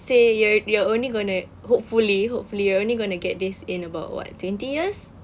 say you're you're only going to hopefully hopefully you're only going to get this in about what twenty years